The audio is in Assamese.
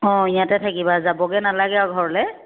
অঁ ইয়াতে থাকিবা যাবগে নালাগে আৰু ঘৰলৈ